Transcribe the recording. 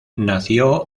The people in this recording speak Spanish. nació